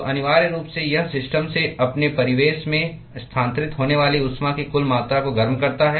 तो अनिवार्य रूप से यह सिस्टम से अपने परिवेश में स्थानांतरित होने वाली ऊष्मा की कुल मात्रा को गर्म करता है